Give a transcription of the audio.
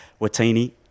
Watini